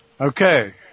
Okay